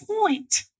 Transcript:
point